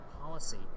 policy